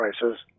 prices